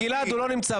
גלעד, הוא לא נמצא.